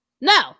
No